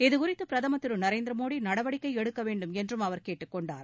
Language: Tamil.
இதுகுறித்து பிரதம் திரு நரேந்திர மோடி நடவடிக்கை எடுக்க வேண்டும் என்றும் அவர் கேட்டுக்கொண்டார்